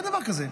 אין דבר כזה.